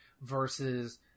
Versus